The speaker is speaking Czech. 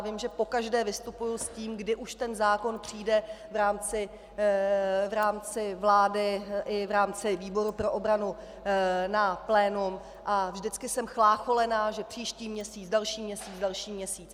Vím, že pokaždé vystupuji s tím, kdy už ten zákon přijde v rámci vlády i v rámci výboru pro obranu na plénum, a vždycky jsem chlácholená, že příští měsíc, další měsíc, další měsíc.